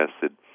tested